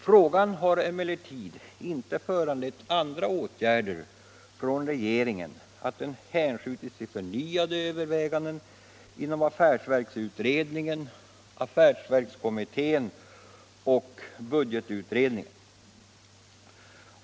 Frågan har emellertid inte föranlett andra åtgärder från regeringen än att man hänskjutit den till förnyade överväganden inom affärsverksutredningen, affärsverkskommittén och budgetutredningen.